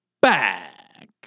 back